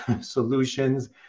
solutions